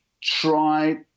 Try